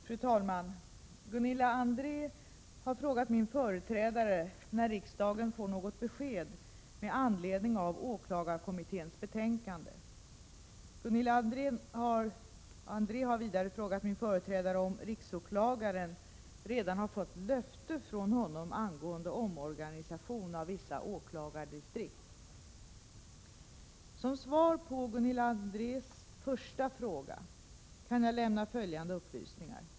Fru talman! Gunilla André har frågat min företrädare när riksdagen får besked med anledning av åklagarkommitténs betänkande. Gunilla André har vidare frågat min företrädare om riksåklagaren redan har fått löfte från honom angående omorganisation av vissa åklagardistrikt. Som svar på Gunilla Andrés första fråga kan jag lämna följande upplysningar.